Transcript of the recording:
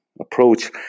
approach